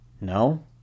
No